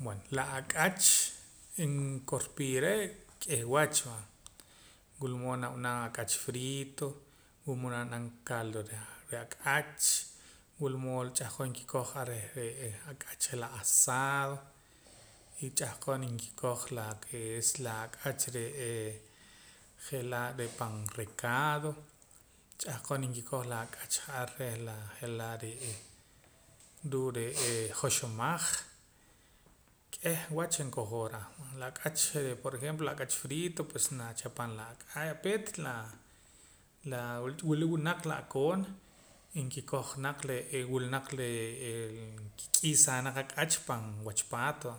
Bueno la ak'ach nkorpii ra k'ih wach va wila mood nab'anam ak'ach frito wula mood nab'anam clado reh ak'ach wula mood ch'anqon nkikoha ar reh re'ee ak'ach je'laa azado y ch'ahqon nkikoj la lo ke es la ak'ach re'ee je'laa reh pan recado ch'ahqon nkikoj la ak'ach ja'ar reh laa je'laa re'ee ruu' re'ee joxomaj k'eh wach nkojoo ra la ak'ach por ejemplo la ak'ach frito pues nachapam la ak'ach peet la laa wula wunaq la'koon nkikoj naq re'ee wula naq re'ee nkik'isaa naq ak'ach pan wach paat va